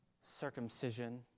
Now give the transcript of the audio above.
circumcision